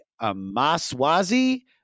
Amaswazi